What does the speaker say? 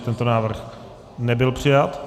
Tento návrh nebyl přijat.